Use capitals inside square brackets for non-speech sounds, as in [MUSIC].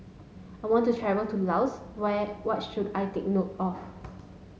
I want to travel to Laos what [UNINTELLIGIBLE] what should I take note of